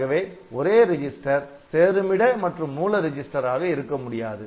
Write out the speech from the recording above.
ஆகவே ஒரே ரெஜிஸ்டர் சேருமிட மற்றும் மூல ரிஜிஸ்டர் ஆக இருக்க முடியாது